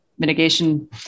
mitigation